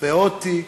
ועוד תיק,